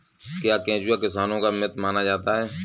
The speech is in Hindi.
क्या केंचुआ किसानों का मित्र माना जाता है?